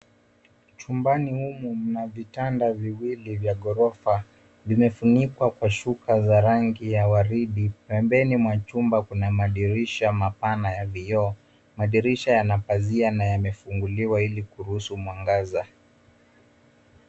Chumbani humu mna vitanda viwili vya ghorofa vimefunikwa kwa shuka za rangi ya waridi. Pembeni mwa chumba kuna madirisha mapana ya vioo, madirisha yana pazia na yamefunguliwa ili kuruhusu mwangaza.